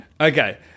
Okay